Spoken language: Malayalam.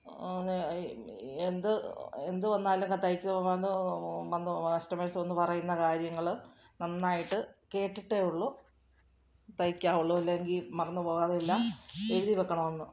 എന്ത് എന്ത് വന്നാലൊക്കെ തയ്ച്ചു വന്ന് വന്ന് കസ്റ്റമേഴ്സ് വന്നു പറയുന്ന കാര്യങ്ങൾ നന്നായിട്ട് കേട്ടിട്ടേ ഉള്ളു തയ്ക്കാവുള്ളു അല്ലെങ്കിൽ മറന്നു പോകാതെ എല്ലാം എഴുതി വെക്കണമെന്ന്